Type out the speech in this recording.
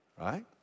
right